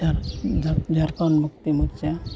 Jharkhand Mukti Morcha